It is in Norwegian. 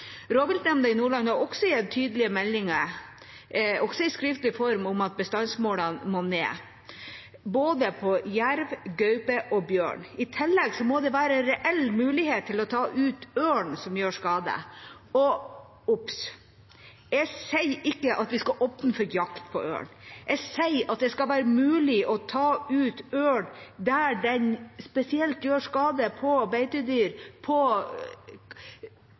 Rovviltnemnda i Nordland har også gitt tydelige meldinger – også i skriftlig form – om at bestandsmålene må ned, både for jerv, gaupe og bjørn. I tillegg må det være reell mulighet til å ta ut ørn som gjør skade. Obs. : Jeg sier ikke at vi skal åpne for jakt på ørn. Jeg sier at det skal være mulig å ta ut ørn der den spesielt gjør skade på beitedyr, på